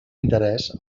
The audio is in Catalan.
interès